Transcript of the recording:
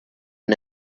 and